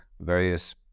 various